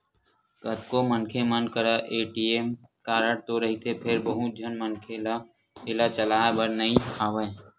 कतको झन मनखे मन करा ए.टी.एम कारड तो रहिथे फेर बहुत झन मनखे ल एला चलाए बर नइ आवय